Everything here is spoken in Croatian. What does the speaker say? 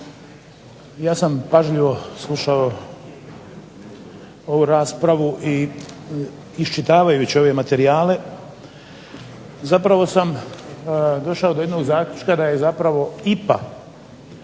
Ja sam pažljivo slušao ovu raspravu i iščitavajući ove materijale zapravo sam došao do jednog zaključka da je zapravo IPA